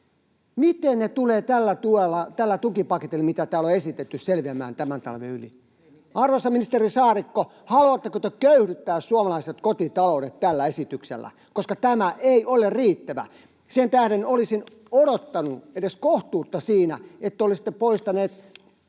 tällä tuella, tällä tukipaketilla, mitä täällä on esitetty, selviämään tämän talven yli? [Leena Meri: Eivät mitenkään!] Arvoisa ministeri Saarikko, haluatteko te köyhdyttää suomalaiset kotitaloudet tällä esityksellä, koska tämä ei ole riittävä? Sen tähden olisin odottanut edes kohtuutta siinä, että olisitte poistaneet